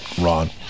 Ron